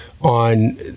on